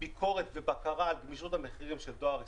ביקורת ובקרה על גמישות המחירים של דואר ישראל,